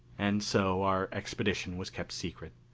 and so our expedition was kept secret.